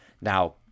Now